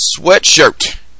sweatshirt